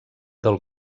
del